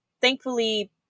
thankfully